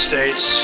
States